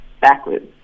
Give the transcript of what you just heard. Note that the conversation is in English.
backwards